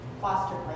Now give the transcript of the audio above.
foster